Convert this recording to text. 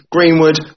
Greenwood